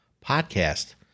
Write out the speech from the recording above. podcast